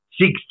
six